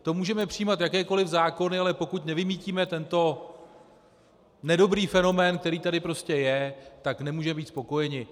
To můžeme přijímat jakékoliv zákony, ale pokud nevymýtíme tento nedobrý fenomén, který tady prostě je, tak nemůžeme být spokojeni.